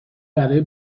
برای